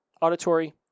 auditory